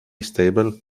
stable